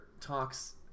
talks